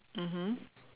mmhmm